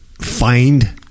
find